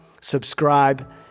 subscribe